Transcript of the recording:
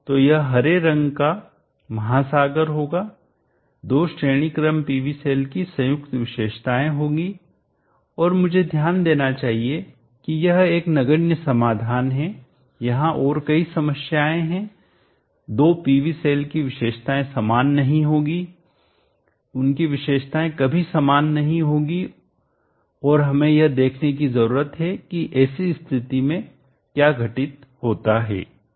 तो यह हरे रंग का महासागर होगा दो श्रेणी क्रम PV सेल की संयुक्त विशेषताएं होगी और मुझे ध्यान देना चाहिए कि यह एक नगण्य समाधान है यहां और कई समस्याएं हैं दो PV सेल की विशेषताएं समान नहीं होगी उनकी विशेषताएं कभी भी समान नहीं होगी और हमें यह देखने की जरूरत है कि ऐसी स्थिति में क्या घटित होता है